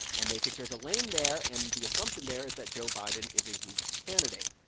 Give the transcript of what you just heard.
and they think there's a lane there. and the assumption there is that joe biden is a weak candidate.